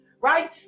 right